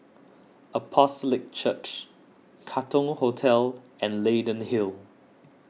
Apostolic Church Katong Hostel and Leyden Hill